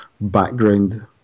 background